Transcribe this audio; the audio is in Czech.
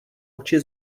oči